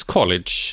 College